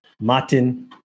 Martin